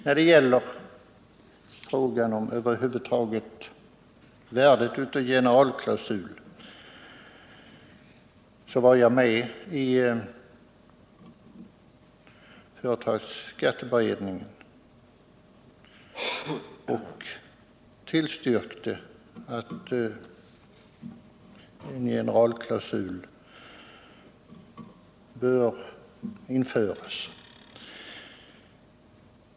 Jag var med i företagsskatteberedningen och tillstyrkte införandet av en generalklausul.